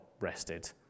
rested